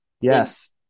Yes